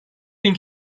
bin